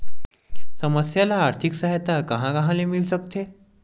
समस्या ल आर्थिक सहायता कहां कहा ले मिल सकथे?